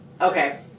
Okay